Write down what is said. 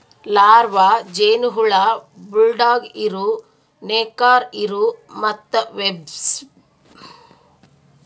larva, ಜೇನುಹುಳ, bulldog ಇರು, ನೇಕಾರ ಇರು ಮತ್ತ ವೆಬ್ಸ್ಪಿನ್ನರ್ ಅಂತ ಭಾಳಷ್ಟು ಪ್ರಾಣಿಗೊಳಿಂದ್ ರೇಷ್ಮೆ ತೈಯಾರ್ ಮಾಡ್ತಾರ